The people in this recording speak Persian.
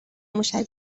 موشک